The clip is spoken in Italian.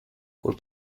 col